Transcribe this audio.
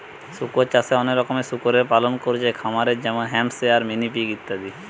শুকর চাষে অনেক রকমের শুকরের পালন কোরছে খামারে যেমন হ্যাম্পশায়ার, মিনি পিগ ইত্যাদি